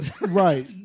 right